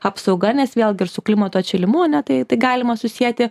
apsauga nes vėlgi ir su klimato atšilimu ane tai tai galima susieti